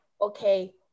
okay